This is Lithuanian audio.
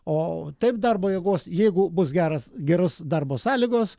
o taip darbo jėgos jeigu bus geras geros darbo sąlygos